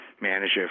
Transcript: manager